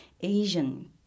Asian